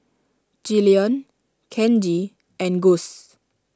Jillian Kenji and Guss